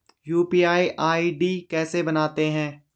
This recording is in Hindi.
यु.पी.आई आई.डी कैसे बनाते हैं?